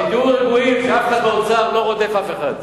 שתהיו רגועים, אף אחד באוצר לא רודף אף אחד.